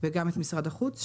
וגם את משרד החוץ,